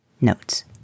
Notes